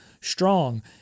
strong